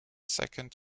second